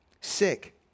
sick